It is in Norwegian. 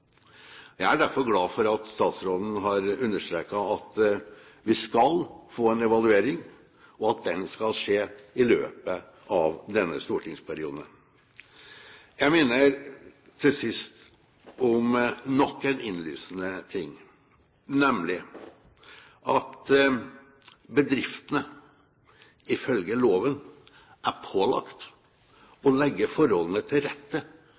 at vi skal få en evaluering, og at den skal skje i løpet av denne stortingsperioden. Jeg minner til sist om nok en innlysende ting, nemlig at bedriftene ifølge loven er pålagt å legge forholdene til rette